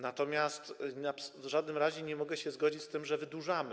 Natomiast w żadnym razie nie mogę się zgodzić z tym, że wydłużamy.